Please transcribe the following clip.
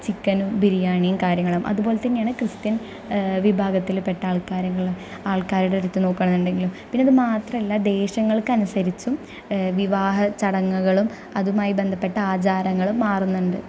ചിക്കനും ബിരിയാണിയും കാര്യങ്ങളും അതുപോലെ തന്നെയാണ് ക്രിസ്ത്യൻ വിഭാഗത്തിൽ പെട്ട ആൾക്കാരുകൾ ആൾക്കാരുടെ അടുത്ത് നോക്കുക ആണെന്നുണ്ടെങ്കിലും പിന്നെ അതു മാത്രം അല്ല ദേശങ്ങൾക്കനുസരിച്ചും വിവാഹചടങ്ങുകളും അതുമായി ബന്ധപ്പെട്ട ആചാരങ്ങളും മാറുന്നുണ്ട്